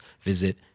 visit